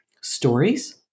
stories